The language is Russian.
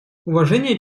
уважение